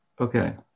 Okay